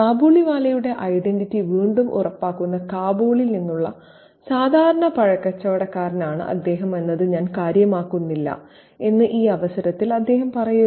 കാബൂളിവാലയുടെ identity വീണ്ടും ഉറപ്പിക്കുന്ന കാബൂളിൽ നിന്നുള്ള സാധാരണ പഴക്കച്ചവടക്കാരനാണ് അദ്ദേഹം എന്നത് ഞാൻ കാര്യമാക്കുന്നില്ല എന്ന് ഈ അവസരത്തിൽ അദ്ദേഹം പറയുന്നു